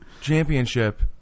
championship